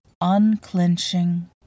unclenching